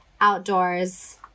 outdoors